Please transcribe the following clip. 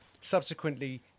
subsequently